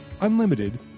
unlimited